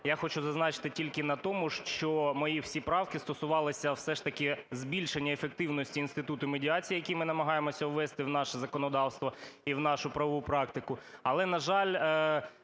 Я хочу зазначити тільки на тому, що мої всі правки стосувалися все ж таки збільшення ефективності інституту медіації, який ми намагаємося ввести в наше законодавство і в нашу правову практику. Але, на жаль,